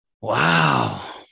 Wow